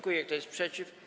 Kto jest przeciw?